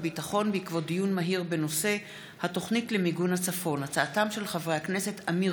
והביטחון בעקבות דיון מהיר בהצעתם של חברי הכנסת עמיר